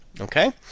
Okay